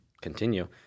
continue